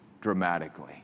dramatically